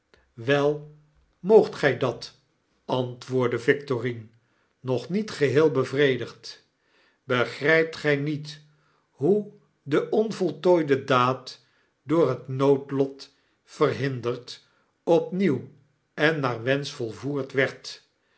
wel moogt gij dat antwoordde victorine nog niet geheel bevredigd begrijpt gij niet hoe de onvoltooide daad door het noodlot verhinderd opnieuw en naar wensch volvoerd werd